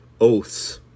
Oaths